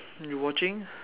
you watching